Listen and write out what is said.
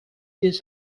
des